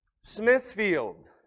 Smithfield